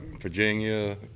Virginia